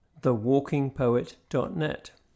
thewalkingpoet.net